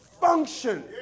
Function